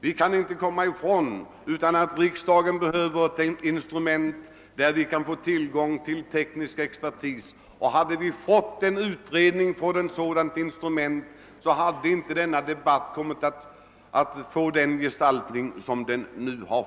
Vi kan inte förneka att riksdagen behöver ett instrument som innebär tillgång till teknisk expertis, och hade vi fått en utredning från ett sådant instrument skulle den här debatten inte ha gestaltats som nu skett.